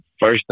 first